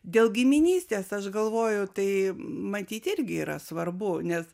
dėl giminystės aš galvoju tai matyt irgi yra svarbu nes